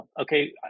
Okay